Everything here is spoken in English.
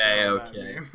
okay